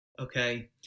Okay